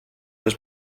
does